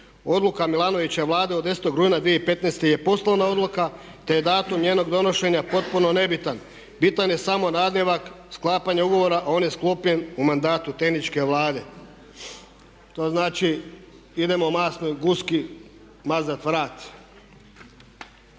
Odluka Mihanovićeve Vlade od 10.rujna 20158. je poslovna odluka te je datum njenog donošenja potpuno nebitan. Bitan je samo nadnevaka sklapanja ugovora a on je sklopljen u mandatu tehničke Vlade. To znači idemo masnoj guski mazati vrat.